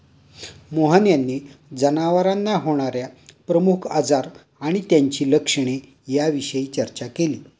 मोहन यांनी जनावरांना होणार्या प्रमुख आजार आणि त्यांची लक्षणे याविषयी चर्चा केली